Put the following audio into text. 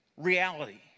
reality